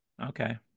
Okay